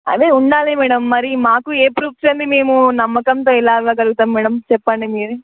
అదే ఉండాలి మ్యాడమ్ మరి మాకు ఏ ప్రూఫ్స్ లేనిది మేము నమ్మకంతో ఎలా ఇవ్వగలుగుతాం మ్యాడమ్ చెప్పండి మీరే